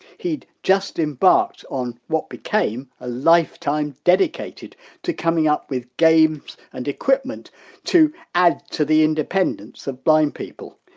he'd just embarked on what became a lifetime dedicated to coming up with games and equipment to add to the independence of blind people.